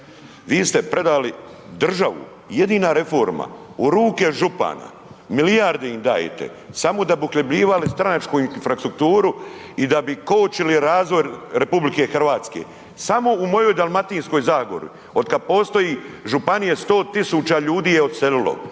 Vi ste predali državu, jedina reforma u ruke župana, milijarde im dajete, samo da bi uhljebljivali stranačku infrastrukturu i da bi kočili razvoj RH. Samo u mojoj Dalmatinskoj zagori od kad postoji županije 100.000 ljudi je odselilo,